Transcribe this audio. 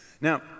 Now